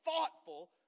thoughtful